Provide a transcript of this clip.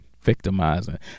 victimizing